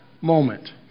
moment